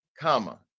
Comma